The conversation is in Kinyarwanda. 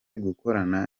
gukorana